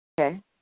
Okay